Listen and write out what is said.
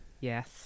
Yes